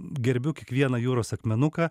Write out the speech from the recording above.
gerbiu kiekvieną jūros akmenuką